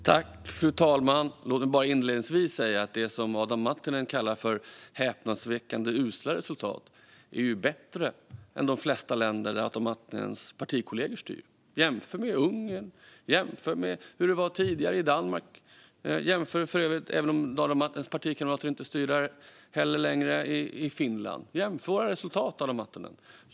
Fru talman! Låt mig bara inledningsvis säga att det Adam Marttinen kallar häpnadsväckande usla resultat ändå är bättre än i de flesta länder där Adam Marttinens partikollegor styr. Jämför med Ungern! Jämför med hur det var tidigare i Danmark! Man kan också jämföra med Finland, även om Adam Marttinens partikamrater inte längre styr där heller. Jämför resultaten, Adam Marttinen!